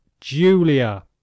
Julia